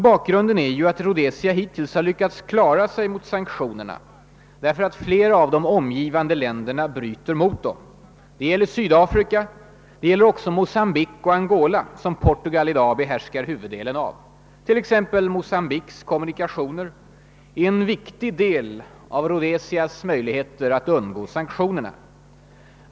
Bakgrunden är att Rhodesia hittills har lyckats klara sig mot sanktionerna, därför att flera av de omgivande länderna bryter mot dem. Det gäller Sydafrika; det gäller också Mocambique och Angola, som Portugal i dag behärskar huvuddelen av. Mocambiques kommunikationer är t.ex. en viktig del av Rhodesias möjligheter att undgå sanktionerna.